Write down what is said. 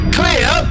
clear